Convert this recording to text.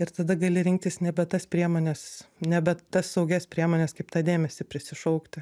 ir tada gali rinktis nebe tas priemones nebe tas saugias priemones kaip tą dėmesį prisišaukti